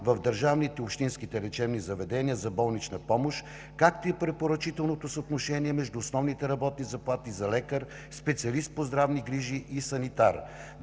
в държавните и общинските лечебни заведения за болнична помощ, както и препоръчителното съотношение между основните работни заплати за лекар, специалист по здравни грижи и санитар,